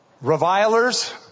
revilers